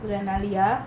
就在哪里 ah